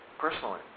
personally